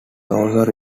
also